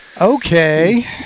Okay